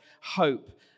hope